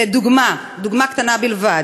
לדוגמה, דוגמה קטנה בלבד,